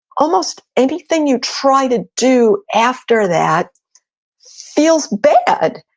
almost anything you try to do after that feels bad.